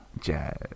Jazz